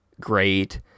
great